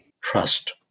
trust